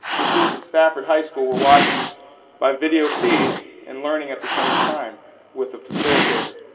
the students in stafford high school were watching by video feed and learning at the same time with a facilitator.